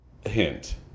Hint